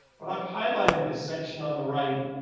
but i've highlighted this section on the right.